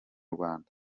rwanda